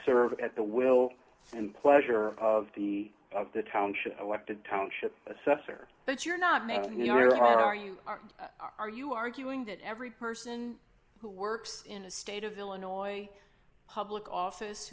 serve at the will and pleasure of the of the township elected township assessor but you're not me are you are you arguing that every person who works in a state of illinois public office